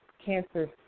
Cancer